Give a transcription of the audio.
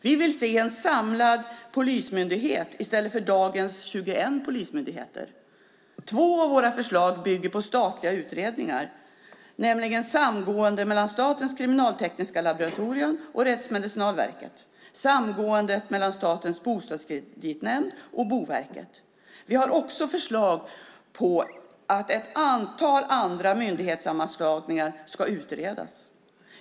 Vi vill se en samlad polismyndighet i stället för dagens 21 polismyndigheter. Två av våra förslag bygger på statliga utredningar, nämligen ett samgående mellan Statens kriminaltekniska laboratorium och Rättsmedicinalverket och ett samgående mellan Statens bostadskreditnämnd och Boverket. Vi har också förslag på att ett antal andra myndighetssammanslagningar ska utredas.